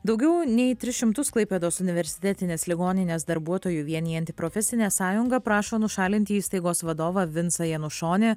daugiau nei tris šimtus klaipėdos universitetinės ligoninės darbuotojų vienijanti profesinė sąjunga prašo nušalinti įstaigos vadovą vincą janušonį